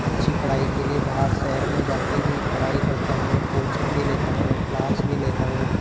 अच्छी पढ़ाई के लिए बाहर शहर में जा कर भी पढ़ाई करता हूँ कोचिंग भी लेता हूँ क्लास भी लेता हूँ